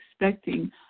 expecting